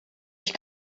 ich